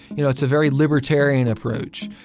you know it's a very libertarian approach.